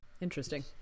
interesting